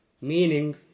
Meaning